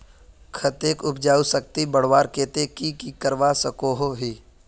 खेतेर उपजाऊ शक्ति बढ़वार केते की की करवा सकोहो ही?